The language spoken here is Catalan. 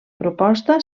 proposta